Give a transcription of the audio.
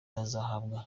bazahabwa